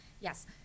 Yes